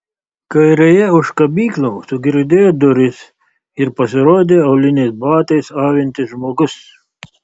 kairėje už kabyklų sugirgždėjo durys ir pasirodė auliniais batais avintis žmogus